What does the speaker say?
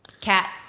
cat